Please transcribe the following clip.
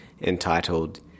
Entitled